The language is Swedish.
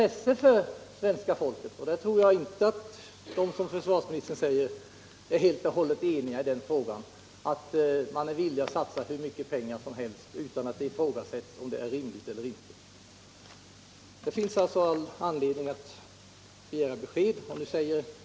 Detta är en fråga av stort intresse för svenska folket, och jag tror inte att medborgarna är villiga att satsa hur mycket pengar som helst utan att det ifrågasätts om satsningen är rimlig eller inte. Det finns alltså anledning att begära besked.